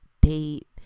date